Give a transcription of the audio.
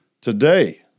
today